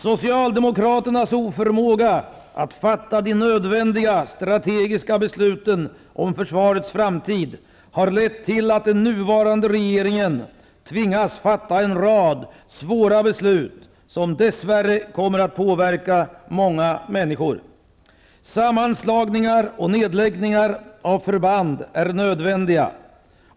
Socialdemokraternas oförmåga att fatta de nödvändiga strategiska besluten om försvarets framtid har lett till att den nuvarande regeringen tvingas fatta en rad svåra beslut som dess värre kommer att påverka många människor. Sammanslagningar och nedläggningar av förband är nödvändiga.